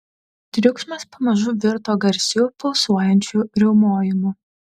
triukšmas pamažu virto garsiu pulsuojančiu riaumojimu